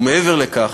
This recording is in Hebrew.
ומעבר לכך,